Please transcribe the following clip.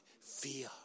fear